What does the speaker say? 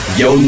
yo